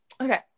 okay